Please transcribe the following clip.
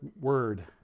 word